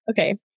Okay